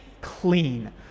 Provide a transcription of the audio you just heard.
clean